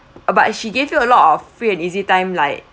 uh but she gave you a lot of free and easy time like